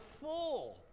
full